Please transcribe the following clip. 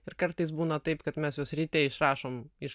ir kartais būna taip kad mes juos ryte išrašom iš